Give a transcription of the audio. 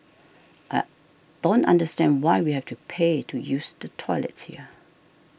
I don't understand why we have to pay to use the toilets here